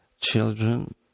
Children